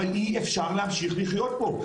אבל אי-אפשר להמשיך לחיות פה.